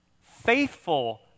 faithful